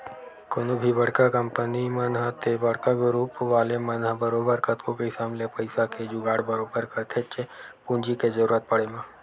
कोनो भी बड़का कंपनी मन ह ते बड़का गुरूप वाले मन ह बरोबर कतको किसम ले पइसा के जुगाड़ बरोबर करथेच्चे पूंजी के जरुरत पड़े म